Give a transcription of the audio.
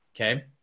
Okay